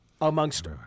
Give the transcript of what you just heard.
amongst